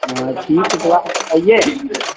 हँ ठीक छै त अइए